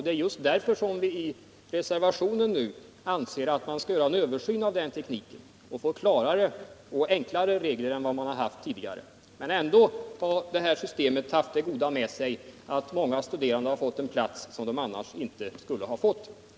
Det är därför som vi nu i reservationen vill att man skall göra en översyn av den tekniken och få till stånd klarare och enklare regler än man har haft tidigare. Men det här systemet har ändå haft det goda med sig att många studerande fått en plats som de annars inte skulle ha fått.